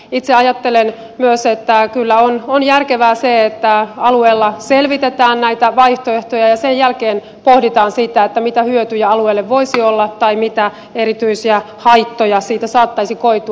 itse ajattelen myös että kyllä on järkevää se että alueella selvitetään näitä vaihtoehtoja ja sen jälkeen pohditaan sitä mitä hyötyjä alueelle voisi olla tai mitä erityisiä haittoja siitä saattaisi koitua